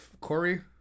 Corey